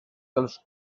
dels